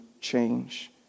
change